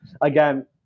Again